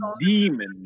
demon